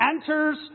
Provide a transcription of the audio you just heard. enters